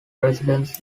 residence